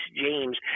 James